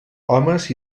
homes